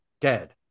dead